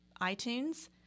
iTunes